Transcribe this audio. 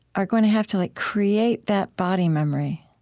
are going to have to like create that body memory,